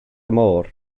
môr